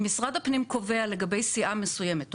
אם משרד הפנים קובע לגבי סיעה מסוימת או